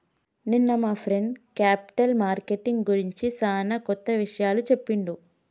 నిన్న మా friend capital marketing గురించి సానా కొత్త విషయాలు చెప్పిండు